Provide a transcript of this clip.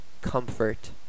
comfort